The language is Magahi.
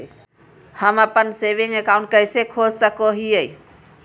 हम अप्पन सेविंग अकाउंट कइसे खोल सको हियै?